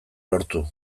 lortu